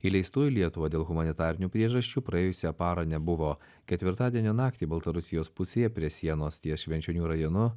įleistų į lietuvą dėl humanitarinių priežasčių praėjusią parą nebuvo ketvirtadienio naktį baltarusijos pusėje prie sienos ties švenčionių rajonu